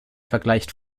vergleicht